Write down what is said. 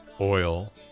oil